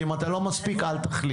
אם אתה לא מספיק, אל תתחיל.